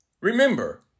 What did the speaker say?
Remember